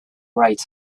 right